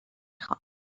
خوام